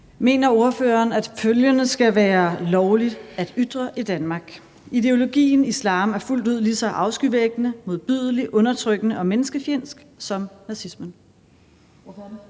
Mener ordføreren, at følgende skal være lovligt at ytre i Danmark: Ideologien islam er fuldt ud lige så afskyvækkende, modbydelig, undertrykkende og menneskefjendsk som nazismen?